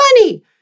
money